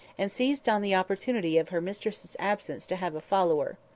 and seized on the opportunity of her mistress's absence to have a follower.